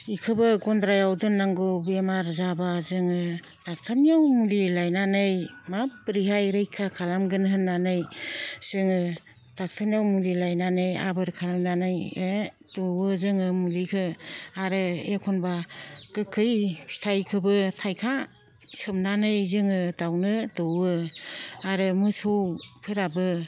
बेखौबो गन्द्रायाव दोननांगौ बेमार जाबा जोङो दक्ट'रनियाव मुलि लायनानै माब्रैहाय रैखा खालामगोन होननानै जोङो दक्ट'रनियाव मुलि लायनानै आबोर खालामनानै दौवो जोङो मुलिखौ आरो एखनबा गोखै फिथाइखौबो थाइखा सोमनानै जोङो दाउनो दौवो आरो मोसौफोराबो